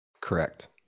Correct